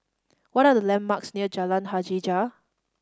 what are the landmarks near Jalan Hajijah